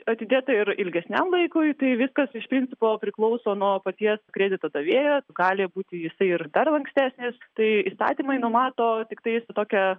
atidėta ir ilgesniam laikui tai viskas iš principo priklauso nuo paties kredito davėjo gali būti jisai ir dar lankstesnis tai įstatymai numato tiktais tokią